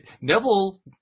Neville